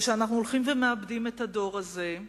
ושאנחנו הולכים ומאבדים את הדור הזה.